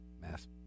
mass